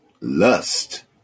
Lust